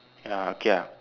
ya okay ah